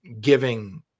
giving